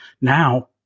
now